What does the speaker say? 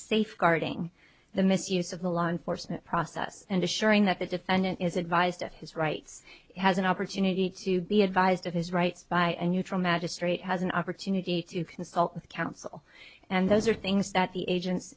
safeguarding the misuse of the law enforcement process and assuring that the defendant is advised of his rights has an opportunity to be advised of his rights by and you draw magistrate has an opportunity to consult with counsel and those are things that the agents